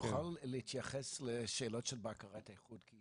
תוכל להתייחס לשאלות של בקרת איכות כי